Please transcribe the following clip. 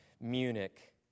Munich